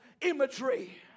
imagery